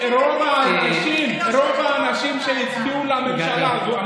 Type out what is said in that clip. כי רוב האנשים שהצביעו לממשלה הזאת, גדי.